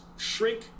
Shrink